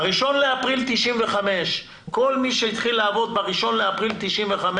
ב-1 באפריל 1995 כל מי התחיל לעבוד ב-1 באפריל 1995,